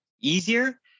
easier